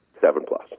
seven-plus